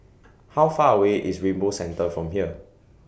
How Far away IS Rainbow Centre from here